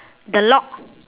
the lock